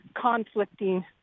conflicting